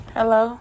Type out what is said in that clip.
Hello